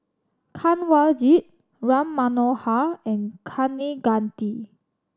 Kanwaljit Ram Manohar and Kaneganti